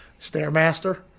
Stairmaster